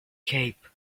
cape